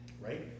right